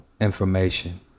information